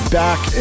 back